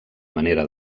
manera